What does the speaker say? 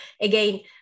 again